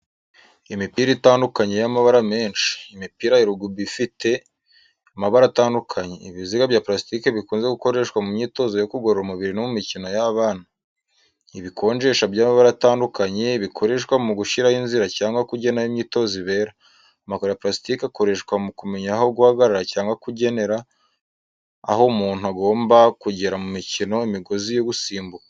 Imipira itandukanye y’amabara menshi. Imipira ya rugby ifite amabara atandukanye. Ibiziga bya plastique bikunze gukoreshwa mu myitozo yo kugorora umubiri no mu mikino y’abana. Ibikonjesha by’amabara atandukanye, bikoreshwa mu gushyiraho inzira cyangwa kugena aho imyitozo ibera. Amakaro ya plastique akoreshwa mu kumenya aho guhagarara cyangwa kugenera aho umuntu agomba kugera mu mukino. Imigozi yo gusimbuka.